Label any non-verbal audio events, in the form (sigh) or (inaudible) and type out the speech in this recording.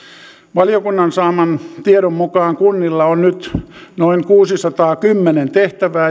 valiokunnan saaman tiedon mukaan kunnilla on nyt noin kuusisataakymmentä tehtävää (unintelligible)